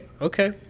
Okay